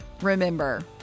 Remember